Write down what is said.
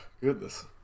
goodness